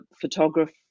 photographer